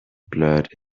blurred